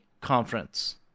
conference